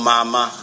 Mama